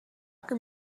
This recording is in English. come